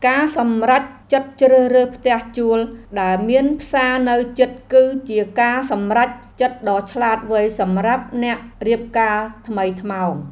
ការសម្រេចចិត្តជ្រើសរើសផ្ទះជួលដែលមានផ្សារនៅជិតគឺជាការសម្រេចចិត្តដ៏ឆ្លាតវៃសម្រាប់អ្នករៀបការថ្មីថ្មោង។